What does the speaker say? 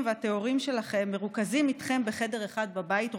והטהורים שלכם מרוכזים איתכם בחדר אחד בבית,